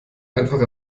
einfach